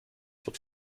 wird